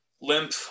limp